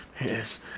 Yes